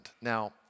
Now